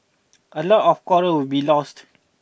a lot of coral will be lost